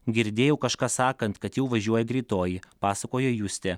girdėjau kažką sakant kad jau važiuoja greitoji pasakojo justė